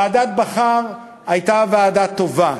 ועדת בכר הייתה ועדה טובה.